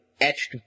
etched